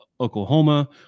oklahoma